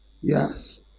Yes